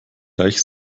gleich